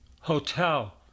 hotel